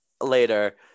later